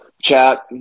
chat